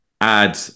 add